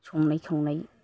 संनाय खावनाय